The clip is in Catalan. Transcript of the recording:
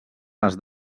les